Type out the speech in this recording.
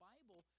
Bible